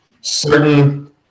certain